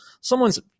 someone's